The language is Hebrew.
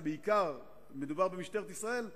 ובעיקר מדובר במשטרת ישראל,